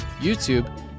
YouTube